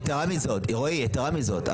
יתרה מזאת,